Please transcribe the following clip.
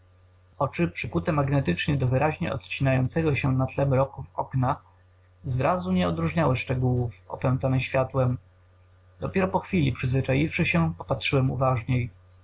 oczy przykute magnetycznie do wyraźnie odcinającego się na tle mroków okna zrazu nie odróżniały szczegółów opętane światłem dopiero po chwili przyzwyczaiwszy się popatrzyłem uważniej